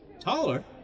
Taller